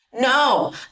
No